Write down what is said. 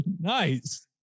nice